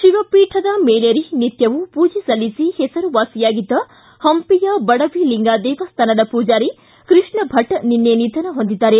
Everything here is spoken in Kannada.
ಶಿವಪೀಠದ ಮೇಲೇರಿ ನಿತ್ಯವೂ ಪೂಜೆ ಸಲ್ಲಿಸಿ ಹೆಸರುವಾಸಿಯಾಗಿದ್ದ ಪಂಪಿಯ ಬಡವಿಲಿಂಗ ದೇವಸ್ಥಾನದ ಪೂಜಾರಿ ಕೃಷ್ಣ ಭಟ್ ನಿನ್ನೆ ನಿಧನ ಹೊಂದಿದ್ದಾರೆ